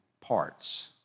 parts